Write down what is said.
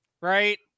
right